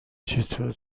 چطور